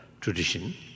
tradition